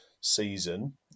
season